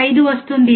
5 వస్తుంది